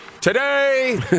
today